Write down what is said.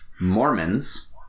Mormons